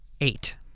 Eight